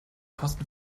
kosten